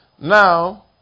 Now